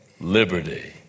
Liberty